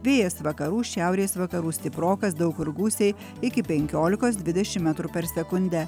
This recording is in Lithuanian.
vėjas vakarų šiaurės vakarų stiprokas daug kur gūsiai iki penkiolikos dvidešimt metrų per sekundę